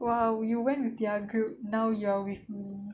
!wow! you went with their group now you're with me